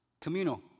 Communal